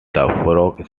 frog